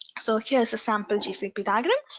so here's a sample gcp diagram.